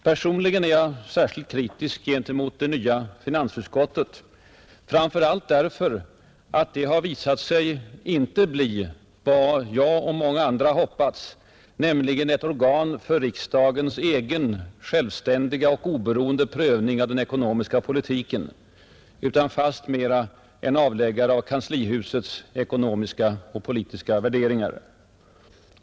Personligen är jag särskilt kritisk gentemot det nya finansutskottet, framför allt därför att det har visat sig inte bli vad jag och många andra hoppats, nämligen ett organ för riksdagens egen, självständiga och oberoende prövning av den ekonomiska politiken, utan fastmera en avläggare av kanslihusets ekonomiska och politiska värderingar.